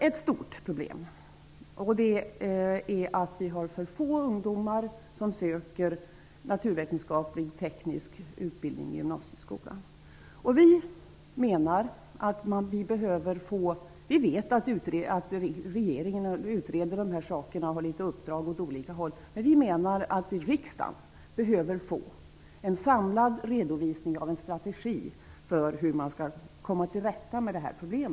Ett stort problem är att det är för få ungdomar som söker sig till naturvetenskaplig och teknisk utbildning i gymnasieskolan. Vi vet att regeringen utreder de här frågorna och har gett uppdrag åt olika håll. Men vi menar att riksdagen behöver få en samlad redovisning när det gäller strategin för hur man skall komma till rätta med detta problem.